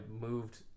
moved